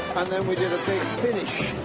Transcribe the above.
and then we did a big finish.